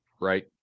right